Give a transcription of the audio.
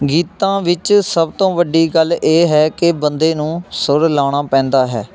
ਗੀਤਾਂ ਵਿੱਚ ਸਭ ਤੋਂ ਵੱਡੀ ਗੱਲ ਇਹ ਹੈ ਕਿ ਬੰਦੇ ਨੂੰ ਸੁਰ ਲਾਉਣਾ ਪੈਂਦਾ ਹੈ